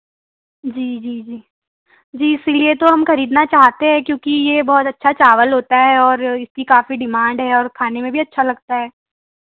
जी जी जी जी इसीलिए तो हम खरीदना चाहते है क्योंकि यह बहुत अच्छा चावल होता है और इसकी काफ़ी डिमांड है और खाने में भी अच्छा लगता है